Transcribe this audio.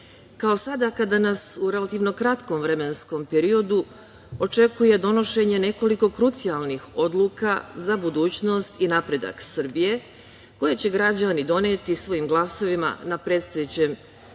kao sada kada nas u relativnom kratkom vremenskom periodu očekuje donošenje nekoliko krucijalnih odluka za budućnost i napredak Srbije, koji će građani doneti svojim glasovima na predstojećem